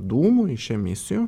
dūmų iš emisijų